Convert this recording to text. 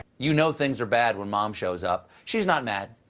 you know things are bad when mom shows up. she's not mad,